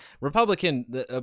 Republican